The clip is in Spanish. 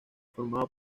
formado